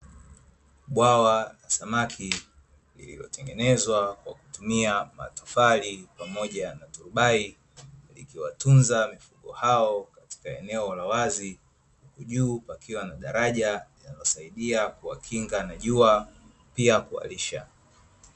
Bwawa samaki iliyotengenezwa kwa kutumia matofali pamoja tubai ikiwatunza hao katika eneo la wazi juu pakiwa na daraja yakasaidia kuwakinga najua pia kuwalisha.